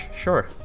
Sure